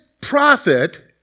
prophet